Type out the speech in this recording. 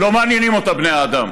לא מעניינים אותם בני האדם,